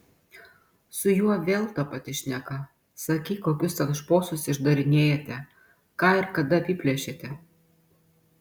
su juo vėl ta pati šneka sakyk kokius ten šposus išdarinėjate ką ir kada apiplėšėte